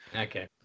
okay